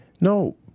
no